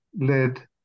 led